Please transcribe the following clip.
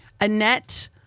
Annette